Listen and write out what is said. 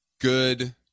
good